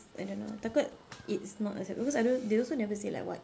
I don't know takut it's not accept~ because I don't they also never say like what